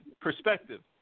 perspective